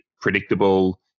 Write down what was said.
predictable